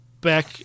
back